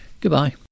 Goodbye